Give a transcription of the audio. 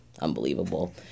unbelievable